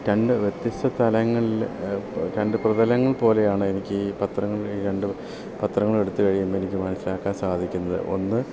രണ്ട് വ്യത്യസ്ത തലങ്ങളിൽ രണ്ട് പ്രതലങ്ങൾ പോലെയാണ് എനിക്കീ പത്രങ്ങൾ രണ്ട് പത്രങ്ങളെടുത്തു കഴിയുമ്പോൾ എനിക്ക് മനസ്സിലാക്കാൻ സാധിക്കുന്നത് ഒന്ന്